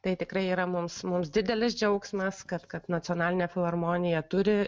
tai tikrai yra mums mums didelis džiaugsmas kad kad nacionalinė filharmonija turi